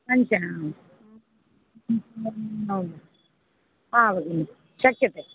पञ्च हा भगिनि शक्यते